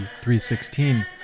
3.16